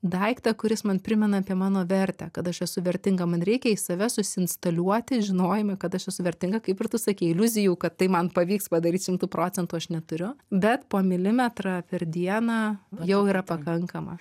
daiktą kuris man primena apie mano vertę kad aš esu vertinga man reikia į save susiinstaliuoti žinojimą kad aš esu vertinga kaip ir tu sakei iliuzijų kad tai man pavyks padaryt šimtu procentų aš neturiu bet po milimetrą per dieną jau yra pakankama